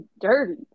dirty